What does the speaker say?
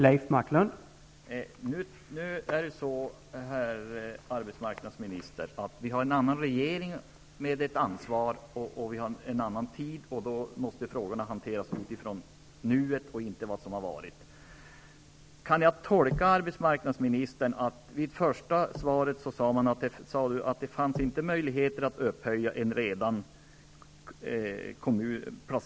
Herr talman! Nu har vi, herr arbetsmarknadsminister, en annan regering som har ansvar, och vi har en annan tid. Frågorna måste därför hanteras utifrån nuet och inte utifrån vad som har varit. Arbetsmarknadsministern sade först att det inte finns möjligheter att upphöja en kommun som redan är inplacerad i ett stödområde till ett annat stödområde.